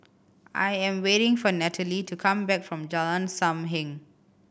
I am waiting for Natalie to come back from Jalan Sam Heng